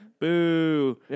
Boo